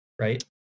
right